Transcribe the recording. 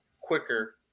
quicker